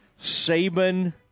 Saban